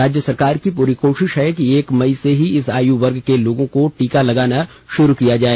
राज्य सरकार की पूरी कोषिष है कि एक मई से ही इस आयु वर्ग के लोगों को टीका लगाना शुरू किया जाए